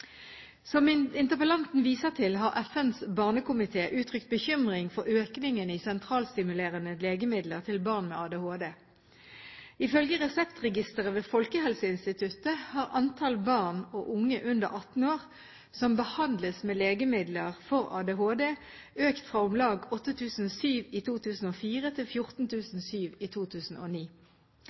Som interpellanten viser til, har FNs barnekomité uttrykt bekymring for økningen i sentralstimulerende legemidler til barn med ADHD. Ifølge Reseptregisteret ved Folkehelseinstituttet har antall barn og unge under 18 år som behandles med legemidler for ADHD, økt fra om lag 8 700 i 2004 til 14 700 i 2009.